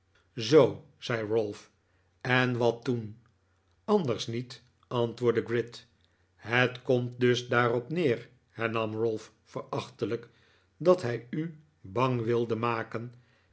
zoo zei ralph en wat toen anders niet antwoordde gride het komt dus daarop neer hernam ralph verachtelijk dat hij u bang wilde maken